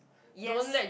yes